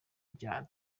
bya